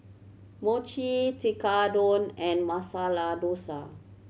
Mochi Tekkadon and Masala Dosa